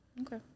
Okay